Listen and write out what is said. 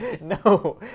no